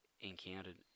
encountered